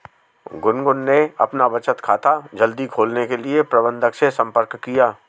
गुनगुन ने अपना बचत खाता जल्दी खोलने के लिए प्रबंधक से संपर्क किया